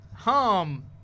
Harm